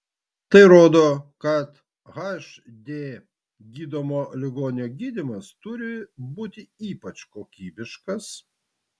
tai rodo kad hd gydomo ligonio gydymas turi būti ypač kokybiškas